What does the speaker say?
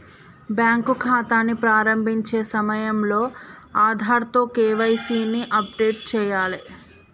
bank ఖాతాని ప్రారంభించే సమయంలో ఆధార్తో కేవైసీ ని అప్డేట్ చేయాలే